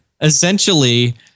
essentially